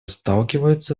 сталкиваются